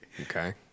okay